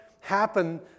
happen